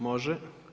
Može.